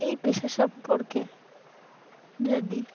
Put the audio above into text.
এই পেশা সম্পর্কে যদি